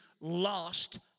lost